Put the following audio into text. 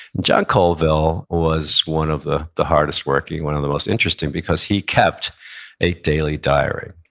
john colville was one of the the hardest working, one of the most interesting, because he kept a daily diary.